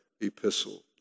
epistle